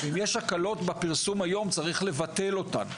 אם יש הקלות בפרסום היום, צריך לבטל אותן.